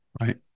right